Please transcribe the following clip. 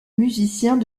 musiciens